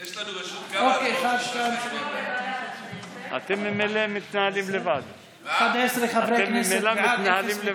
אוקיי, עשרה חברי כנסת בעד, אפס מתנגדים,